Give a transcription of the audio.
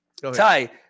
Ty